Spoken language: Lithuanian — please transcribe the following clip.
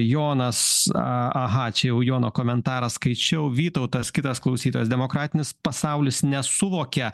jonas aha čia jau jono komentarą skaičiau vytautas kitas klausytojas demokratinis pasaulis nesuvokia